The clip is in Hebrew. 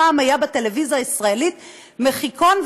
פעם היה בטלוויזיה הישראלית מחיקון,